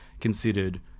considered